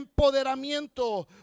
empoderamiento